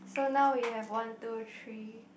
so now we have one two three